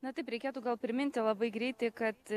na taip reikėtų gal priminti labai greitai kad